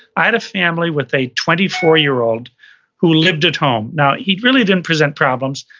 i had a family with a twenty four year old who lived at home. now, he really didn't present problems,